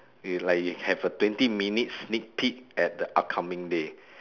it's like you have a twenty sneak peak at the upcoming day